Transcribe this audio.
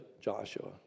Joshua